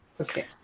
Okay